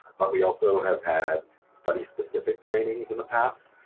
but we also have had study-specific trainings in the past.